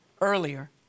earlier